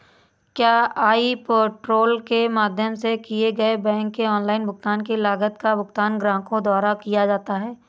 क्या e portal के माध्यम से किए गए बैंक के ऑनलाइन भुगतान की लागत का भुगतान ग्राहकों द्वारा किया जाता है?